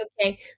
okay